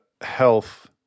health